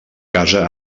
casa